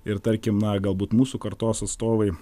ir tarkim na galbūt mūsų kartos atstovai